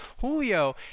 Julio